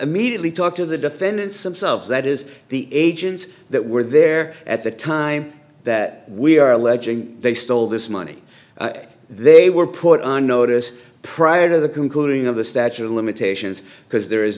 immediately talk to the defendants themselves that is the agents that were there at the time that we are alleging they stole this money they were put on notice prior to the concluding of the statute of limitations because there is